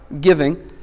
giving